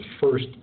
first